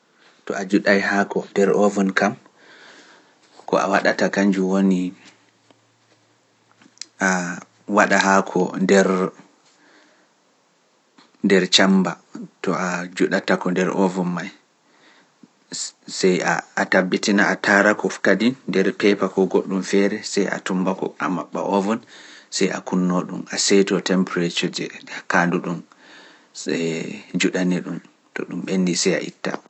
To a juɗay haako nder ovun kam, ko a waɗata ka njowoni, a waɗa haako nder cammba, to a juɗata ko nder oofon may, sey a tabbitina a tara ko kadi nder peepa ko goɗɗum feere, sey a tumbako a maɓɓa oofon, sey a kunnoo ɗum, a seytoo temperature je, a kaandu ɗum, sey juɗani ɗum to ɗum ɓen tumbako a maɓɓa oofon see a kunnoo ɗum a see to